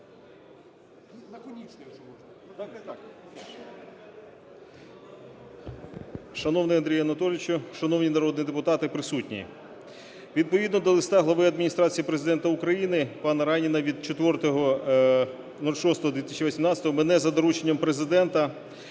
Шановний Андрій Анатолійович, шановні народні депутати, присутні, відповідно до листа глави Адміністрації Президента України панаРайніна від 04.06.2018 мене за дорученням Президента